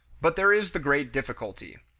but there is the great difficulty.